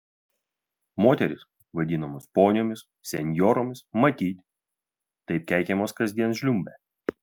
moterys vadinamos poniomis senjoromis matyt taip keikiamos kasdien žliumbia